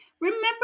Remember